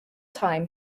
time